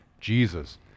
jesus